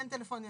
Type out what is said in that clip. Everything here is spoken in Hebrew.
כן טלפוני,